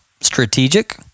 strategic